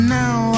now